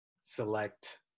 select